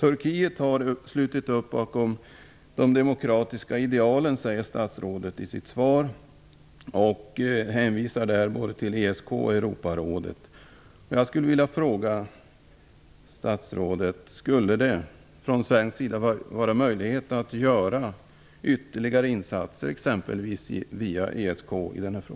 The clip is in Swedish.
Turkiet har slutit upp bakom de demokratiska idealen, sade statsrådet i sitt svar och hänvisar både till ESK och till Europarådet. Jag skulle vilja fråga statsrådet: Skulle det från svensk sida vara möjligt att göra ytterligare insatser i den här frågan, exempelvis via ESK?